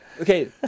Okay